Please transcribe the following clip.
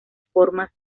formas